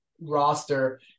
roster